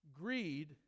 greed